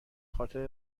خاطر